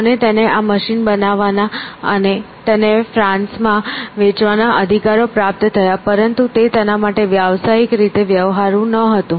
અને તેને આ મશીન બનાવવાના અને તેને ફ્રાન્સમાં વેચવાના અધિકારો પ્રાપ્ત થયા પરંતુ તે તેના માટે વ્યાવસાયિક રીતે વ્યવહારુ ન હતું